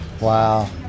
Wow